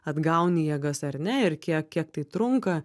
atgauni jėgas ar ne ir kiek kiek tai trunka